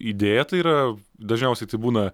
idėją tai yra dažniausiai tai būna